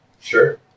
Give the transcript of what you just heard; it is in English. Sure